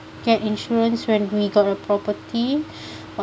get insurance when we got a property